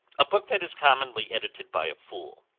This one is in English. a book that is commonly edited by a fool.